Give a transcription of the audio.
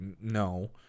no